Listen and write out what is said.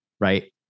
right